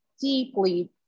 deeply